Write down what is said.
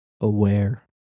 aware